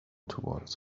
towards